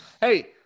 Hey